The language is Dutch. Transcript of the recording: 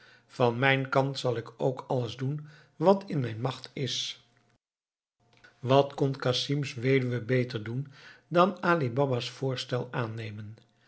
van mijn kant zal ik ook alles doen wat in mijn macht is wat kon casim's weduwe beter doen dan ali baba's voorstel aannemen